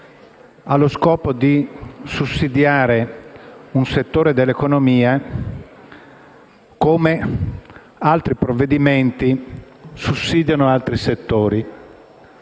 ha lo scopo di sussidiare un settore dell'economia come altri provvedimenti sussidiano altri settori.